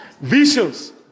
Visions